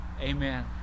amen